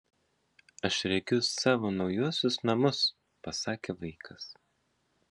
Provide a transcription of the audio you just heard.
aš regiu savo naujuosius namus pasakė vaikas